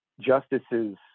Justices